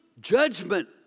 judgment